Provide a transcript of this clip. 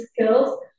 skills